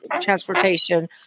transportation